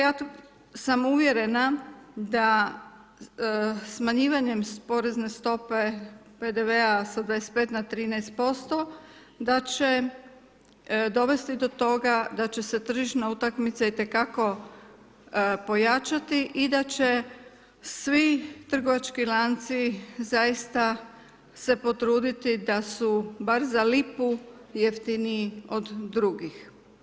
Ja sam uvjerena, da smanjivanjem porezne stope PDV-a sa 25 na 13% da će dovesti do toga, da će se tržišna utakmica itekako pojačati i da će svi trgovački lanci, zaista se potruditi, da su bar za lipu jeftiniji od drugih.